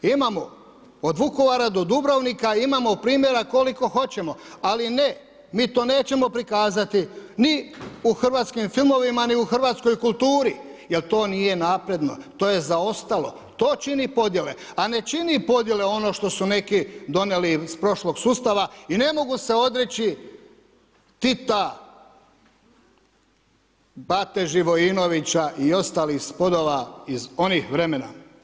Imamo od Vukovara do Dubrovnika imamo primjera koliko hoćemo, ali ne, mi to nećemo prikazati ni u hrvatskim filmovima ni u hrvatskoj kulturi jer to nije napredno, to je zaostalo, to čini podjele a ne čini podjele ono što su neki donijeli iz prošlog sustava i ne mogu se odreći Tita, Bate Živojinovića i ostalih … iz onih vremena.